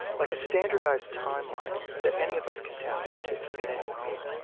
like a standardized timeline that any of us can tap into at any moment.